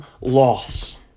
loss